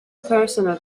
personal